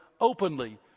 openly